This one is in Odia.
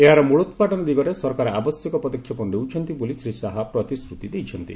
ଏହାର ମ୍ବଳୋପାଟନ ଦିଗରେ ସରକାର ଆବଶ୍ୟକ ପଦକ୍ଷେପ ନେଉଛନ୍ତି ବୋଲି ଶ୍ରୀ ଶାହା ପ୍ରତିଶ୍ରତି ଦେଇଛନ୍ତି